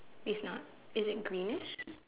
he's not is it green